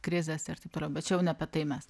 krizės ir taip toliau bet čia jau ne apie tai mes